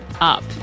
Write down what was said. up